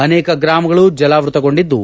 ಅನೇಕ ಗ್ರಾಮಗಳು ಜಲಾವೃತಗೊಂಡಿದ್ದು